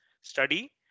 Study